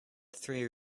three